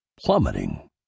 plummeting